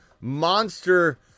monster